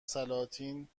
سلاطین